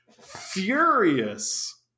furious